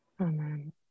amen